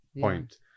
point